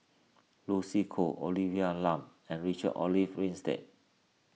Lucy Koh Olivia Lum and Richard Olaf Winstedt